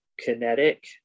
kinetic